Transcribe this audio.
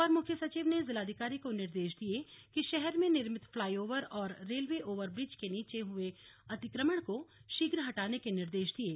अपर मुख्य सचिव ने जिलाधिकारी को निर्देश दिए कि शहर में निर्मित फ्लाई ओवर और रेलवे ओवर ब्रिज के नीचे हुए अतिक्रमण को शीघ्र हटाने के निर्देश दिये